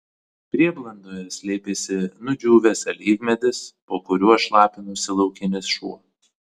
prieblandoje slėpėsi nudžiūvęs alyvmedis po kuriuo šlapinosi laukinis šuo